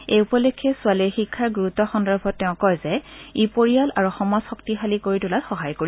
এই উপলক্ষে ছোৱালীৰ শিক্ষাৰ ণুৰুত্ব সন্দৰ্ভত তেওঁ কয় যে ই পৰিয়াল আৰু সমাজ শক্তিশালী কৰি তোলাত সহায় কৰিব